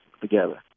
together